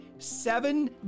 seven